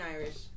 Irish